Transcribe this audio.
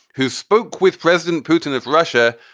who spoke with president putin of russia.